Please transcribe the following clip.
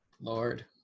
Lord